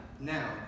Now